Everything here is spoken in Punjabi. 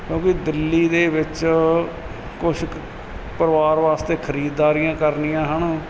ਕਿਉਂਕਿ ਦਿੱਲੀ ਦੇ ਵਿੱਚ ਕੁਛ ਕੁ ਪਰਿਵਾਰ ਵਾਸਤੇ ਖਰੀਦ ਦਾਰੀਆਂ ਕਰਨੀਆਂ ਹਨ